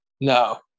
No